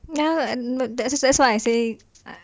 ya ya that's that's why I say